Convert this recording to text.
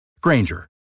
Granger